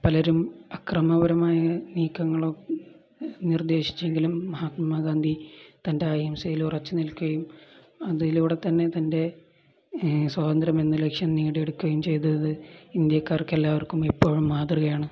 പലരും അക്രമപരമായ നീക്കങ്ങളോ നിർദ്ദേശിച്ചെങ്കിലും മഹാത്മാ ഗാന്ധി തൻ്റെ അഹിംസയിലുറച്ചുനിൽക്കുകയും അതിലൂടെ തന്നെ തൻ്റെ സ്വാതന്ത്ര്യം എന്ന ലക്ഷ്യം നേടിയെടുക്കുകയും ചെയ്തത് ഇന്ത്യക്കാർക്ക് എല്ലാവർക്കും എപ്പോഴും മാതൃകയാണ്